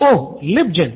student 1 ओह